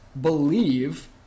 believe